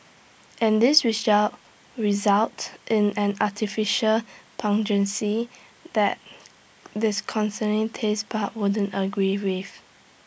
and this results in an artificial pungency that dis concerning taste pod wouldn't agree with